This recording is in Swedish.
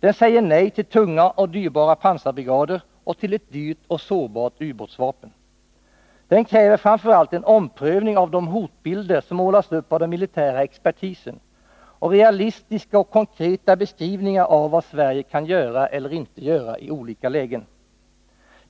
Den säger nej till tunga och dyrbara pansarbrigader och till ett dyrt och sårbart ubåtsvapen. Den kräver framför allt en omprövning av de hotbilder som målas upp av den militära expertisen och realistiska och konkreta beskrivningar av vad Sverige kan göra eller inte kan göra i olika lägen.